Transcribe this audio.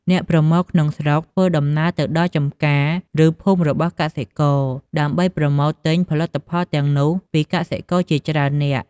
អ្នកប្រមូលក្នុងស្រុកធ្វើដំណើរទៅដល់ចំការ ឬភូមិរបស់កសិករ ដើម្បីប្រមូលទិញផលិតផលទាំងនោះពីកសិករជាច្រើននាក់។